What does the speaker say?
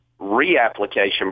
reapplication